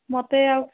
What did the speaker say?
ମୋତେ ଆଉ